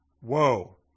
Whoa